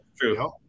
True